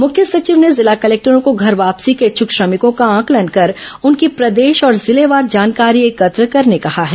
मुख्य सचिव ने जिला कलेक्टरों को घर वापसी के इच्छूक श्रमिकों का आंकलन कर उनकी प्रदेश और जिलेवार जानकारी एकत्र करने कहा है